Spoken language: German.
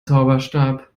zauberstab